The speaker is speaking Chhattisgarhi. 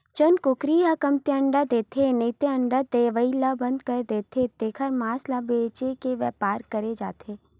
जउन कुकरी ह कमती अंडा देथे नइते अंडा देवई ल बंद कर देथे तेखर मांस ल बेचे के बेपार करे जाथे